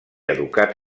educat